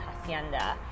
Hacienda